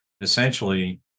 essentially